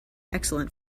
excellent